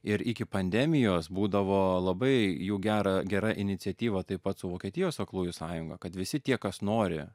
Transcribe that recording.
ir iki pandemijos būdavo labai jų gera gera iniciatyva taip pat su vokietijos aklųjų sąjunga kad visi tie kas nori